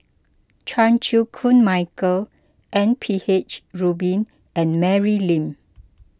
Chan Chew Koon Michael M P H Rubin and Mary Lim